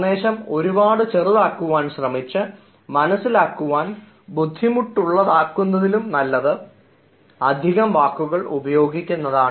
സന്ദേശം ഒരുപാട് ചെറുതാക്കുവാൻ ശ്രമിച്ച് മനസ്സിലാക്കുവാൻ ബുദ്ധിമുട്ടുള്ളവാക്കുന്നതിലും നല്ലത് അധികം വാക്കുകൾ ഉപയോഗിക്കുന്നതാണ്